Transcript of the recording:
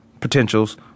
Potentials